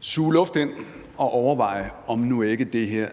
suge luft ind og overveje, om nu ikke det her